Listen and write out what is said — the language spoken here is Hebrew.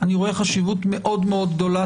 אני תמיד רואה חשיבות מאוד מאוד גדולה,